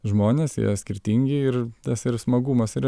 žmonės jie skirtingi ir tas ir smagumas ir